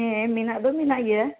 ᱦᱮᱸ ᱢᱮᱱᱟᱜ ᱫᱚ ᱢᱮᱱᱟᱜ ᱜᱮᱭᱟ